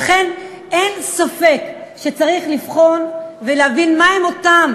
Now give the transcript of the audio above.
לכן אין ספק שצריך לבחון ולהבין מה הם אותם